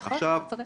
נכון, צודק.